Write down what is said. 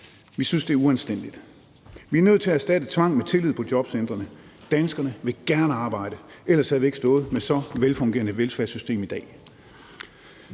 Vi synes, det er uanstændigt. Vi er nødt til at erstatte tvang med tillid på jobcentrene. Danskerne vil gerne arbejde – ellers havde vi ikke stået med så velfungerende et velfærdssystem i dag.